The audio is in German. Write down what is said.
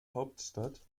hauptstadt